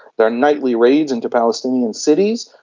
there are nightly raids into palestinian cities.